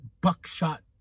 Buckshot